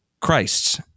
Christ's